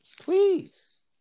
Please